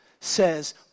says